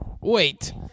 Wait